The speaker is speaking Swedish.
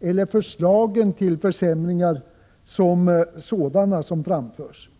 eller de förslag till försämringar som sådana som framförs.